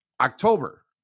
October